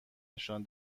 نشان